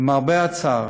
למרבה הצער,